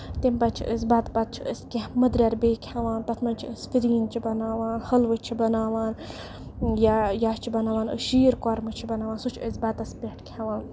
تَمہِ پَتہٕ چھِ أسۍ بَتہٕ پَتہٕ چھِ أسۍ کیٚنہہ مٔدریر بیٚیہِ کھٮ۪وان تَتھ منٛز چھِ أسۍ پھرِن چھِ بَناوان حٔلوٕ چھِ بَناوان یا یا چھِ بَناوان أسۍ شیٖر قۄرمہٕ چھِ بَناوان سُہ چھِ أسۍ بَتَس پٮ۪ٹھ کھٮ۪وان